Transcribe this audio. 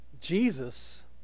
Jesus